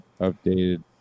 updated